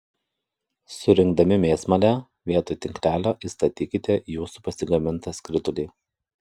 surinkdami mėsmalę vietoj tinklelio įstatykite jūsų pasigamintą skritulį